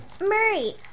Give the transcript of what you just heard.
Murray